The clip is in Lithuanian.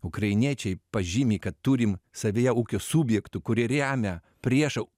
ukrainiečiai pažymi kad turim savyje ūkio subjektų kurie remia priešą